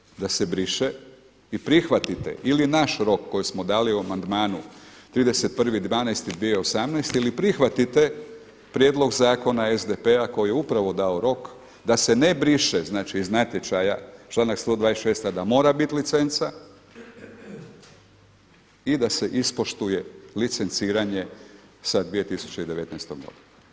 Članak 2. da se briše i prihvatite ili naš rok koji smo dali u amandmanu 31.12.2018. ili prihvatite prijedlog zakona SDP-a koji je upravo dao rok da se ne briše, znači iz natječaja članak 126. a da mora bit licenca i da se ispoštuje licenciranje sa 2019. godinom.